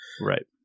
Right